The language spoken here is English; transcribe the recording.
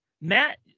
matt